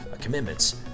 commitments